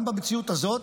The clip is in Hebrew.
גם במציאות הזאת